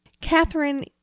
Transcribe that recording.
Catherine